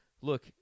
Look